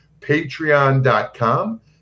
Patreon.com